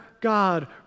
God